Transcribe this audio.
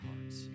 hearts